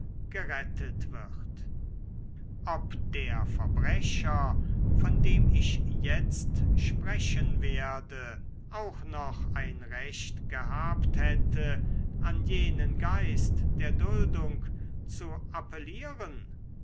gerettet wird ob der verbrecher von dem ich jetzt sprechen werde auch noch ein recht gehabt hätte an jenen geist der duldung zu appellieren